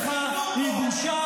להפריע,